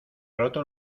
roto